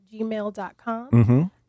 gmail.com